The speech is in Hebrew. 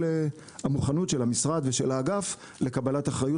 המוכנות של המשרד ושל האגף לקבלת אחריות,